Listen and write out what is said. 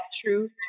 True